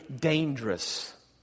dangerous